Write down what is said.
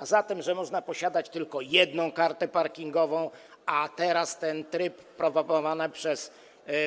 Chodzi o to, żeby można było posiadać tylko jedną kartę parkingową - ten tryb proponowany teraz przez